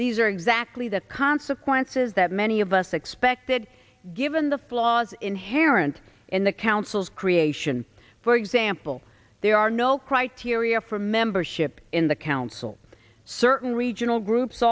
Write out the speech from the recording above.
these are exactly the consequences that many of us expected given the flaws inherent in the council's creation for example there are no criteria for membership in the council certain regional groups